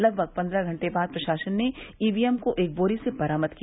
लगभग पन्द्रह घंटे बाद प्रशासन ने ईवीएम को एक बोरी से बरामद किया